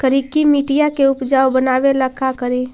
करिकी मिट्टियां के उपजाऊ बनावे ला का करी?